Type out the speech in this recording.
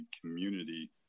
community